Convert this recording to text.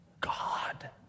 God